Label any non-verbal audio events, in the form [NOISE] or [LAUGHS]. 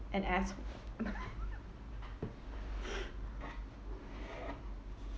an ass [LAUGHS] [BREATH]